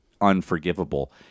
unforgivable